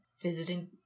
visiting